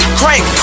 crank